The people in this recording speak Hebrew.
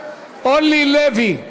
אורלי לוי,